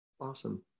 awesome